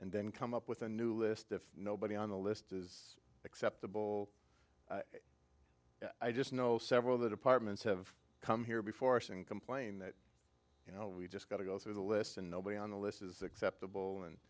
and then come up with a new list if nobody on the list is acceptable i just know several of the departments have come here before us and complain that you know we just got to go through the list and nobody on the list is acceptable and